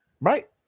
right